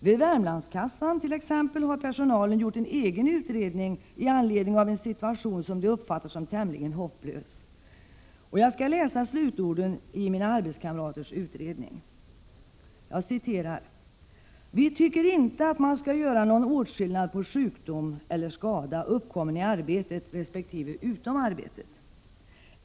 Vid Värmlandskassan har t.ex. personalen gjort en egen utredning med anledning av en situation som man uppfattar som tämligen hopplös. Jag skall läsa slutorden i mina arbetskamraters utredning: ”Vi tycker inte att man skall göra någon åtskillnad på sjukdom/skada uppkommen i arbetet resp. utom arbetet.